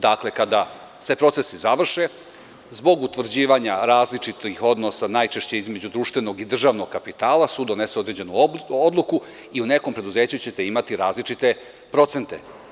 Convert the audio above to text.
Dakle, kada se procesi završe, zbog utvrđivanja različitih odnosa, najčešće između društvenog i državnog kapitala sud donese određenu odluku i u nekom preduzeću ćete imati različite procente.